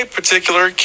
particular